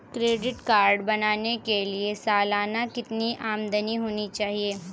Credit card बनाने के लिए सालाना कितनी आमदनी होनी चाहिए?